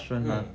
mm